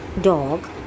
dog